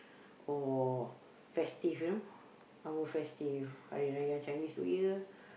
or festive you know our festive Hari-Raya Chinese New Year